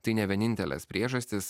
tai ne vienintelės priežastys